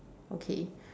okay